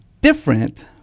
different